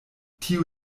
tio